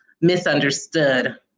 misunderstood